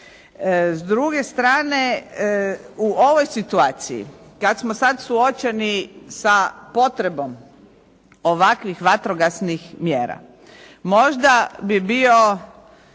S druge strane u ovoj situaciji kada smo sada suočeni sa potrebom ovakvih vatrogasnih mjera, možda bi bio